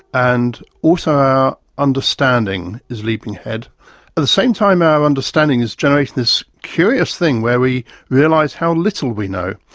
and also our understanding is leaping ahead. at the same time our understanding is generating this curious thing where we realise how little we know.